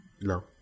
No